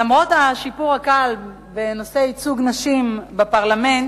למרות השיפור הקל בנושא ייצוג נשים בפרלמנט,